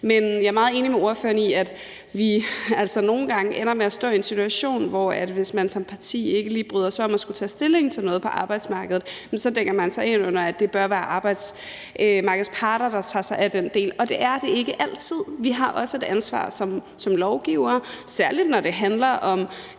Men jeg er meget enig med ordføreren i, at vi altså nogle gange ender med at stå i en situation, hvor man, hvis man som parti ikke lige bryder sig om at skulle tage stilling til noget på arbejdsmarkedet, dækker sig ind under, at det bør være arbejdsmarkedets parter, der tager sig af den del, og det er det ikke altid. Vi har også et ansvar som lovgivere, særlig når det handler om